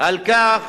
על כך